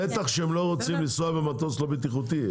בטח האנשים האלה לא רוצים לטוס במטוס לא בטיחותי,